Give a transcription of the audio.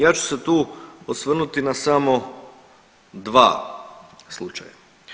Ja ću se tu osvrnuti na samo dva slučaja.